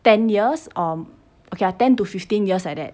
ten years um okay lah ten to fifteen years like that